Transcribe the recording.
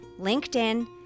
LinkedIn